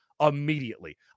immediately